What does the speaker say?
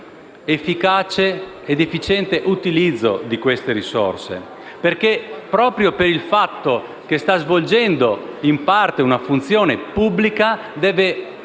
efficace ed efficiente utilizzo di queste risorse. Proprio per il fatto che sta svolgendo in parte una funzione pubblica, deve